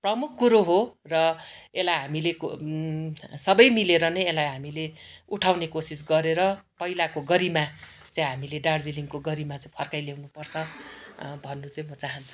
प्रमुख कुरो हो र यसलाई हामीले सबै मिलेर नै यसलाई हामीले उठाउने कोसिस गरेर पहिलाको गरिमा चाहिँ हामीले दार्जिलिङको गरिमा चाहिँ फर्काइ ल्याउनु पर्छ भन्नु चाहिँ म चहान्छु